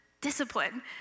discipline